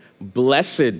Blessed